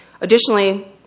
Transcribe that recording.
Additionally